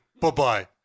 Bye-bye